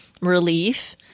relief